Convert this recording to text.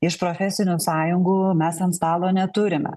iš profesinių sąjungų mes ant stalo neturime